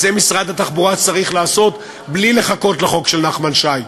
את זה משרד התחבורה צריך לעשות בלי לחכות לחוק של נחמן שי.